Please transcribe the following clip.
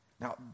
Now